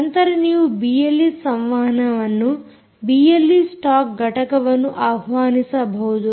ನಂತರ ನೀವು ಬಿಎಲ್ಈ ಸಂವಹನವನ್ನು ಬಿಎಲ್ಈ ಸ್ಟಾಕ್ ಘಟಕವನ್ನು ಆಹ್ವಾನಿಸಬಹುದು